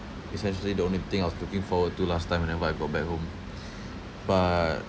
essentially the only thing I was looking forward to last time whenever I go back home but